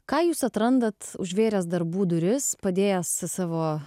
ką jūs atrandat užvėręs darbų duris padėjęs savo